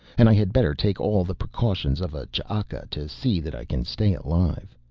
and i had better take all the precautions of a ch'aka to see that i can stay alive.